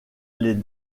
les